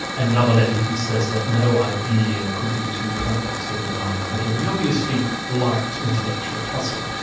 another letter he says that no idea could be too complex or demanding for him. he obviously liked intellectual tussle.